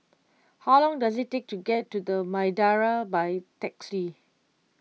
how long does it take to get to the Madeira by taxi